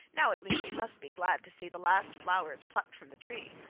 now at least you must be glad to see the last flowers plucked from the tree